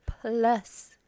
plus